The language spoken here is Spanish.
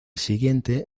siguiente